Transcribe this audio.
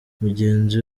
mugenzi